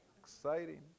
Exciting